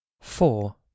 four